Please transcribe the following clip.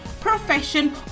profession